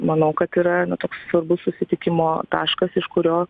manau kad yra toks svarbus susitikimo taškas iš kurio